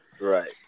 Right